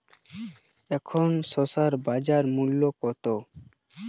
এখন শসার বাজার মূল্য কত?